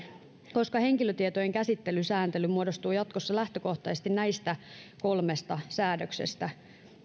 koska henkilötietojen käsittelyn sääntely muodostuu jatkossa lähtökohtaisesti näistä kolmesta säädöksestä